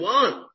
one